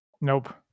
Nope